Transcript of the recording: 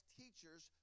teachers